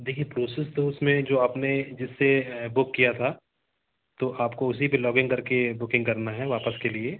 देखिए प्रोसेस तो उस में जो आपने जिससे बुक किया था तो आपको उसी पर लॉगिन कर के बुकिंग करना है वापस के लिए